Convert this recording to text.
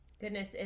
Goodness